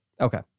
Okay